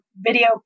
video